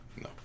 No